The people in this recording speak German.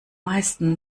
meisten